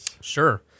Sure